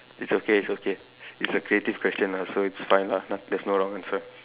it's okay it's okay it's a creative question lah so it's fine lah na~ there's no wrong answer